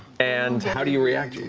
and how do you react,